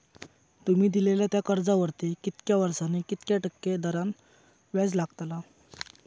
तुमि दिल्यात त्या कर्जावरती कितक्या वर्सानी कितक्या टक्के दराने व्याज लागतला?